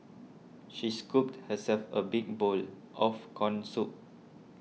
she scooped herself a big bowl of Corn Soup